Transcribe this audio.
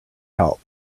help